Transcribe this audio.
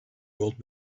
old